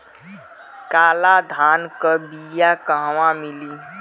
काला धान क बिया कहवा मिली?